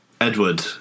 Edward